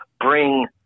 bring